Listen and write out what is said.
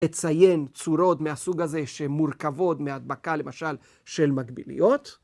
אציין צורות מהסוג הזה שמורכבות מהדבקה, למשל, של מקביליות?